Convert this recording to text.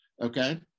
okay